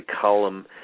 column